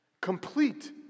complete